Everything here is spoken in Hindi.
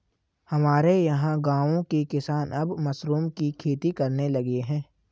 हमारे यहां गांवों के किसान अब मशरूम की खेती करने लगे हैं